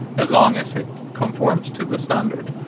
as long as it conforms to the standard,